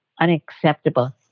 unacceptable